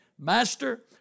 Master